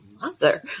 mother